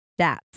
stats